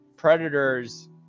Predators